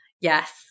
Yes